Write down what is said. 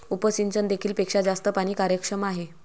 उपसिंचन देखील पेक्षा जास्त पाणी कार्यक्षम आहे